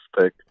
pick